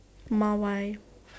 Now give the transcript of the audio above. Mawai